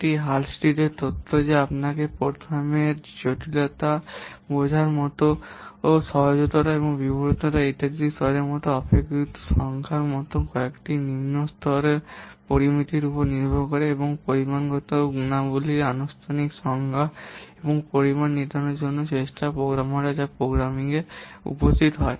একটি হালস্টিডের তত্ত্ব এটি আপনাকে প্রোগ্রামের জটিলতা বোঝার সহজতরতা এবং বিমূর্ততা ইত্যাদির স্তরের মতো অপেক্ষাকৃত সংখ্যার মতো কয়েকটি নিম্ন স্তরের পরামিতির উপর ভিত্তি করে এমন পরিমাণগত গুণাবলীর আনুষ্ঠানিক সংজ্ঞা এবং পরিমাণ নির্ধারণের চেষ্টা করে অপারেটররা যা প্রোগ্রামে উপস্থিত হয়